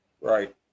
Right